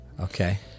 Okay